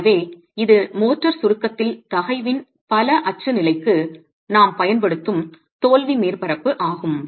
எனவே இது மோர்டார் சுருக்கத்தில் தகைவின் பல அச்சு நிலைக்கு நாம் பயன்படுத்தும் தோல்வி மேற்பரப்பு ஆகும்